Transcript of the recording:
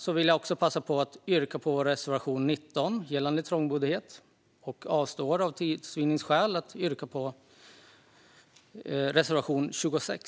Med de orden vill jag passa på att yrka bifall till vår reservation 19 gällande trångboddhet. För tids vinnande avstår jag från att yrka bifall till reservation 26.